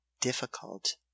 difficult